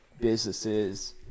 Businesses